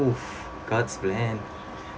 oof god's plan